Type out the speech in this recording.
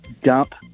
dump